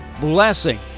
blessing